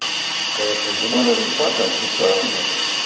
کٲشِر وۅلہٕ حظ پَتہٕ حظ چھُ سہل مسلہٕ کیٛاہ کرو